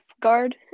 guard